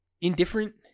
indifferent